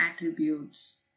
attributes